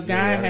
God